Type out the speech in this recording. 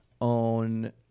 own